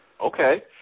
Okay